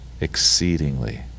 exceedingly